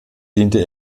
diente